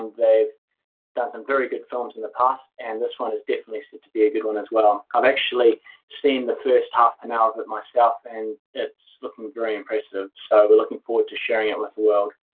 they've done some very good films in the past, and this one is definitely set to be a good one as well. i've actually seen the first half an hour that my staff, and it's looking very impressive. so we're looking forward to sharing it with the world.